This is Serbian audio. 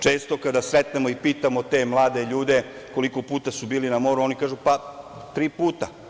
Često kada sretnemo i pitamo te mlade ljude koliko puta su bili na moru oni kažu – pa, tri puta.